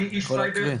אני יכול להקריא.